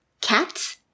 cats